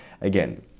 again